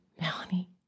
Melanie